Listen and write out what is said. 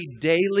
daily